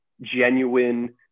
genuine